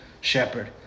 shepherd